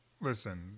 Listen